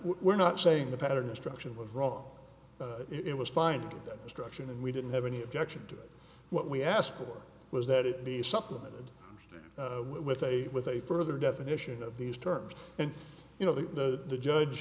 were not saying the pattern instruction was wrong it was fine instruction and we didn't have any objection to what we asked for was that it be supplemented with a with a further definition of these terms and you know that the judge